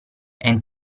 and